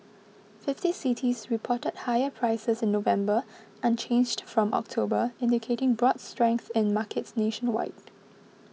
fifty cities reported higher prices in November unchanged from October indicating broad strength in markets nationwide